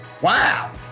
Wow